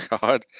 God